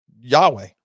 Yahweh